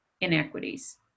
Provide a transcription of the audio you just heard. Inequities